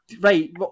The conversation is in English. right